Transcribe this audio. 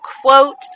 quote